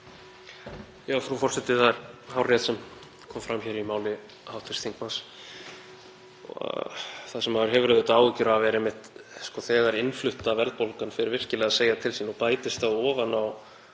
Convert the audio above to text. Frú forseti. Það er hárrétt sem kom fram í máli hv. þingmanns. Það sem maður hefur áhyggjur af er einmitt þegar innflutta verðbólgan fer virkilega að segja til sín og bætist þá ofan á